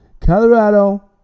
Colorado